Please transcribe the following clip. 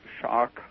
shock